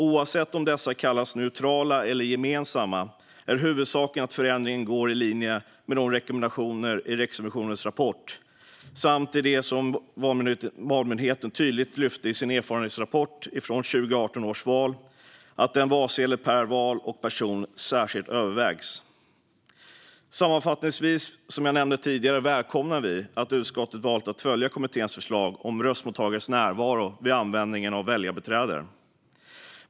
Oavsett om valsedlarna kallas neutrala eller gemensamma är huvudsaken att förändringen går i linje med rekommendationerna i Riksrevisionens rapport samt det som Valmyndigheten tydligt lyfte i sin erfarenhetsrapport från 2018 års val: att en valsedel per val och person särskilt övervägs. Sammanfattningsvis välkomnar vi, som jag nämnde tidigare, att utskottet valt att följa kommitténs förslag om röstmottagares närvaro vid användning av väljarbiträde.